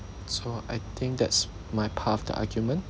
so I think that's my part of the argument